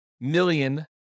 million